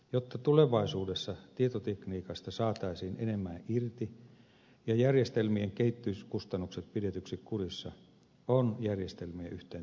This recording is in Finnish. jotta tulevaisuudessa tietotekniikasta saataisiin enemmän irti ja järjestelmien kehittämiskustannukset pidetyksi kurissa on järjestelmien yhteentoimivuutta kehitettävä